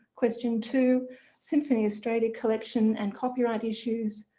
question two symphony australia collection and copyright issues.